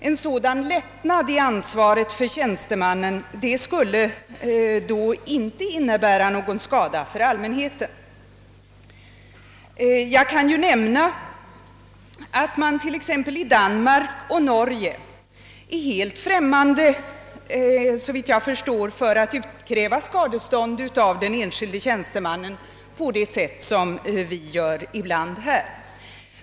En sådan lättnad i ansvaret för tjänstemannen skulle då inte innebära någon skada för allmänheten. I t.ex. Danmark och Norge är man, såvitt jag förstår, helt främmande för att utkräva skadestånd av den enskilde tjänstemannen på det sätt som vi ibland gör här.